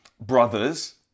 brothers